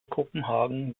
kopenhagen